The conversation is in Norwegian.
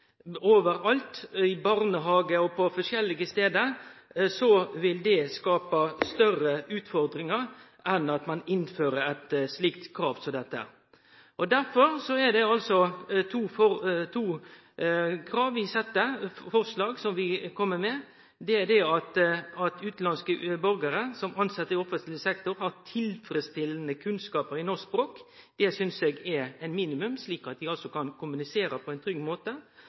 overalt, i barnehage og på forskjellige stader – vil det skape større utfordringar enn om ein innfører eit slikt krav som dette. Derfor kjem vi med to forslag. Det eine er at utanlandske borgarar som blir tilsette i offentleg sektor, har tilfredsstillande kunnskapar i norsk språk. Det synest eg er eit minimum, slik at dei kan kommunisere på ein trygg måte.